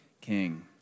king